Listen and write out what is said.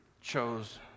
chose